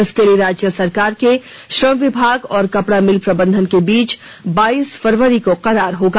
इसके लिए राज्य सरकार के श्रम विभाग और कपड़ा मिल प्रबंधन के बीच बाईस फरवरी को करार होगा